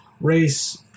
Race